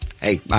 Hey